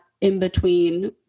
in-between